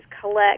collect